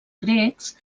grecs